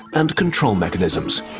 and control mechanisms.